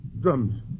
Drums